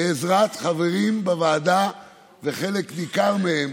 בעזרת חברים בוועדה וחלק ניכר מהם